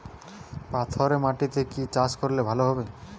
পাথরে মাটিতে কি চাষ করলে ভালো হবে?